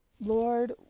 lord